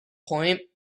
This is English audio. point